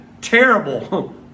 terrible